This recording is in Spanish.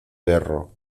perro